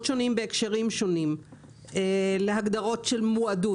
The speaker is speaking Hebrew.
שונים בהקשרים שונים להגדרות של מועדות.